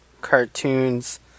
cartoons